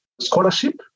scholarship